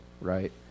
right